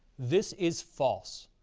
this is false.